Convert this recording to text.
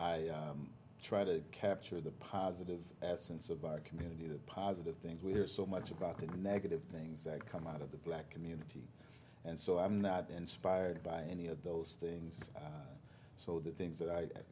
i try to capture the positive absence of our community the positive things we hear so much about the negative things that come out of the black community and so i'm not inspired by any of those things so the things that i